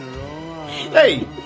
hey